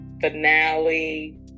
finale